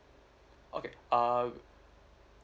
okay uh